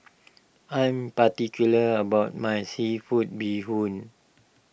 I am particular about my Seafood Bee Hoon